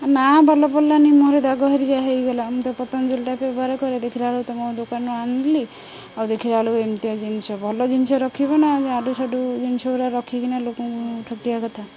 ନା ଭଲ ପଡ଼ିଲାନି ମୁହଁରେ ଦାଗ ଧରିକା ହୋଇଗଲା ମୁଁ ତ ପତଞ୍ଜଳୀଟା ବ୍ୟବହାର କରେ ଦେଖିଲା ବେଳକୁ ତୁମ ଦୋକାନରୁ ଆଣିଲି ଆଉ ଦେଖିଲା ବେଳକୁ ଏମିତିଆ ଜିନିଷ ଭଲ ଜିନିଷ ରଖିବ ନା ଇଆଡ଼ୁ ସିଆଡ଼ୁ ଜିନିଷ ଗୁଡ଼ା ରଖିକିନା ଲୋକଙ୍କୁ ଠକିବା କଥା